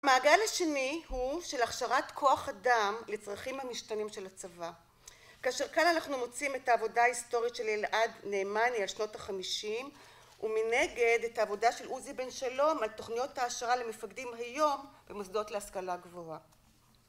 המעגל השני הוא של הכשרת כוח אדם לצרכים המשתנים של הצבא. כאשר כאן אנחנו מוצאים את העבודה ההיסטורית של אלעד נאמני על שנות החמישים, ומנגד את העבודה של עוזי בן שלום על תוכניות העשרה למפקדים היום במוסדות להשכלה גבוהה.